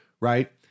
right